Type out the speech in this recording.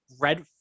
red